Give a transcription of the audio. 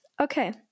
okay